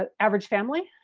ah average family.